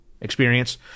experience